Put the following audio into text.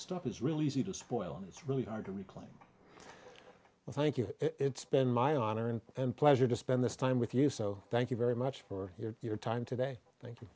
stuff is really easy to spoil and it's really hard to reclaim thank you it's been my honor and pleasure to spend this time with you so thank you very much for your time today thank you